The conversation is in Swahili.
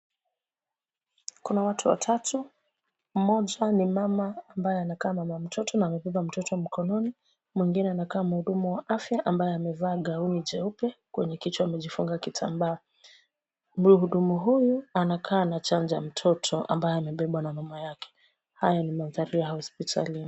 Kuna watu watatu, mmoja ni mama ambaye anakaa mama mtoto na amebeba mtoto mkononi ,mwingine anakaa mhudumu wa afya ambaye amevaa gauni jeupe, kwenye kichwa amejifunga kitambaa mhudumu huyu anakaa anachanja mtoto ambaye amebebwa na mamake , haya ni mandhari ya hospitalini.